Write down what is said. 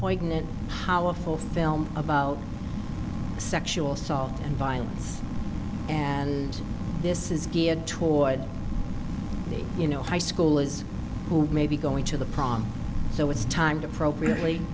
net powerful film about sexual assault and violence and this is geared toward the you know high school is who may be going to the prom so it's time to appropriately